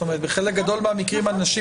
זאת אומרת בחלק גדול מהמקרים אנשים